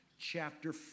chapter